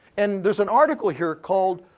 and there's an article here called,